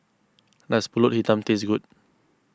does Pulut Hitam taste good